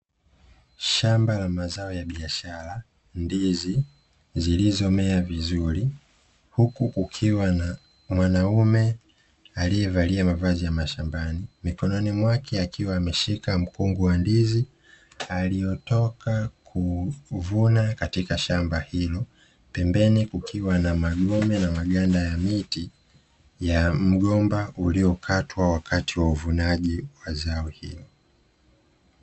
Shamba la mazao ya biashara ndizi zilizo meya vizuri huku kukiwa na mwanaume aliyevalia mavazi ya mashambani, mikononi mwake akiwa ameshika mkungu wa ndizi aliyotoka kuvuna katika shamba hilo pembeni kukiwa na magome na maganda ya miti ya mgomba uliokatwa wakati wa uvunaji wa zao hilo.